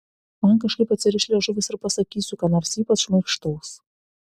man kažkaip atsiriš liežuvis ir pasakysiu ką nors ypač šmaikštaus